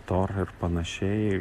tor ir panašiai